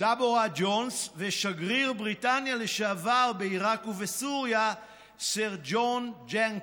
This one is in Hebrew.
דבורה ג'ונס ושגריר בריטניה לשעבר בעיראק וברוסיה סר ג'ון ג'נקינס.